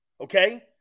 okay